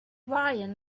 ryan